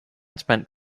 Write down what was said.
spent